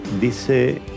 dice